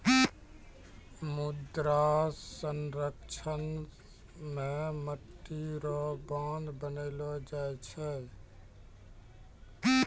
मृदा संरक्षण मे मट्टी रो बांध बनैलो जाय छै